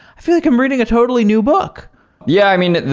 i feel like i'm reading a totally new book yeah. i mean,